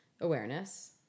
awareness